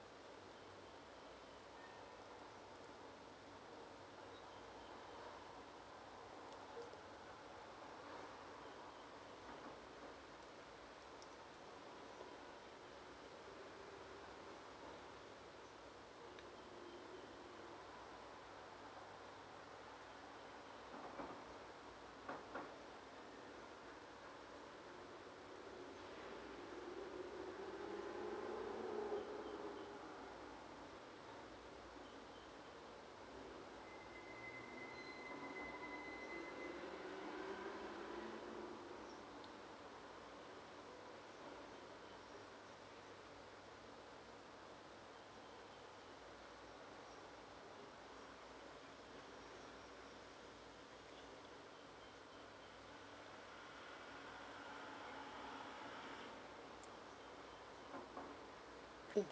mm